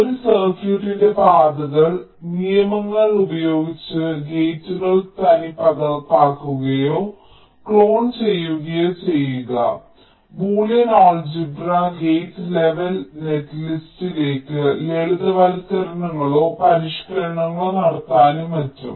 ഒരു സർക്യൂട്ടിന്റെ പാതകൾ നിയമങ്ങൾ ഉപയോഗിച്ച് ഗേറ്റുകൾ തനിപ്പകർപ്പാക്കുകയോ ക്ലോൺ ചെയ്യുകയോ ചെയ്യുക ബൂലിയൻ അൽജിബ്ര ഗേറ്റ് ലെവൽ നെറ്റ്ലിസ്റ്റിലേക്ക് ചില ലളിതവൽക്കരണങ്ങളോ പരിഷ്ക്കരണങ്ങളോ നടത്താനും മറ്റും